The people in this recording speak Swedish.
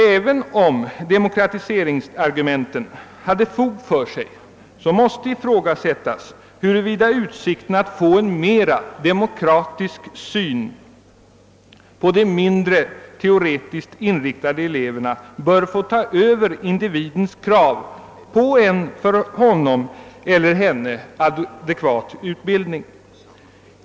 Även om demokratiseringsargumenten hade fog för sig, måste ifrågasättas, huruvida utsikten att få en mera demokratisk syn på de mindre teoretiskt inriktade eleverna bör få ta över individens krav på en för honom eller henne adekvat utbildning.